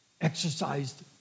exercised